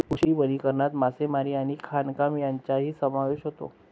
कृषी वनीकरणात मासेमारी आणि खाणकाम यांचाही समावेश होतो